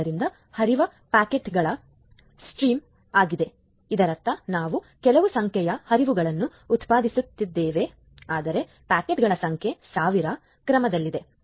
ಆದ್ದರಿಂದ ಹರಿವು ಪ್ಯಾಕೆಟ್ಗಳ ಸ್ಟ್ರೀಮ್ ಆಗಿದೆ ಇದರರ್ಥ ನಾವು ಕೆಲವು ಸಂಖ್ಯೆಯ ಹರಿವುಗಳನ್ನು ಉತ್ಪಾದಿಸುತ್ತಿದ್ದೇವೆ ಆದರೆ ಪ್ಯಾಕೆಟ್ಗಳ ಸಂಖ್ಯೆ 1000 ರ ಕ್ರಮದಲ್ಲಿದೆ